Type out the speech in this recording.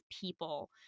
people